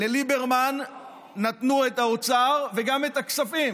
לליברמן נתנו את האוצר וגם את הכספים,